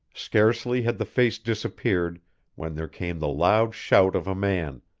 scarcely had the face disappeared when there came the loud shout of a man,